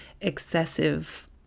excessive